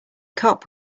cop